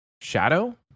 Shadow